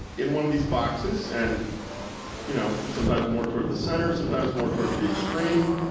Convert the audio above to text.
in one of these boxes, and you know sometimes more towards the center, sometimes more towards the extreme.